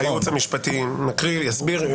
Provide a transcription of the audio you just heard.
היועץ המשפטי מקריא, הוא יסביר.